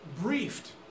briefed